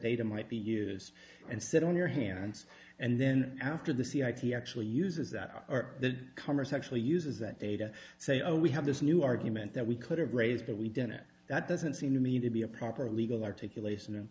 don't might be yours and sit on your hands and then after the c i t actually uses that are the commerce actually uses that data say oh we have this new argument that we could have raised that we don't it that doesn't seem to me to be a proper legal articulation